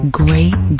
great